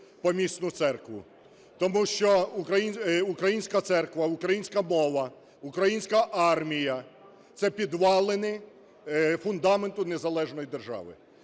Тому що українська церква, українська мова, українська армія – це підвалини фундаменту незалежної держави.